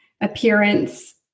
appearance